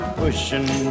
pushing